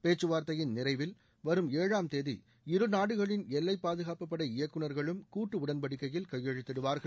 பேச்சுவார்த்தையின் நிறைவில் வரும் ஏழாம் தேதி இருநாடுகளின் எல்லைப் பாதுகாப்புப்படை இயக்குநர்களும் கூட்டு உடன்படிக்கையில் கையெழுத்திடுவார்கள்